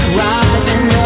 rising